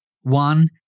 One